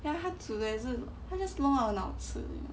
then 他煮的也是他 just 弄到很好吃